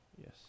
Yes